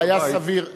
היה סביר,